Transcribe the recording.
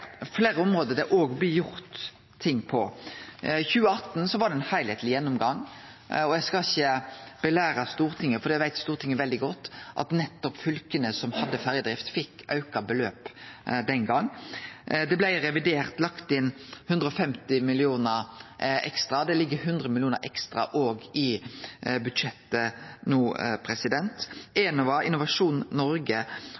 fleire område det òg blir gjort noko på. I 2018 var det ein heilskapleg gjennomgang, og eg skal ikkje belære Stortinget, for det veit Stortinget veldig godt, at fylka som hadde ferjedrift, fekk auka beløp den gongen. Det blei i revidert lagt inn 150 mill. kr ekstra. Det ligg óg 100 mill. kr ekstra i budsjettet no.